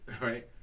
right